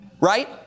right